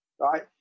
right